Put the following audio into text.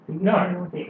No